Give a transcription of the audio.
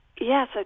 Yes